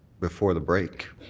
before the break,